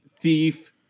Thief